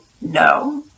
No